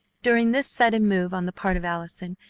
during this sudden move on the part of allison,